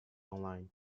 online